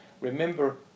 remember